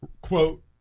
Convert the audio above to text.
quote